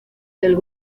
del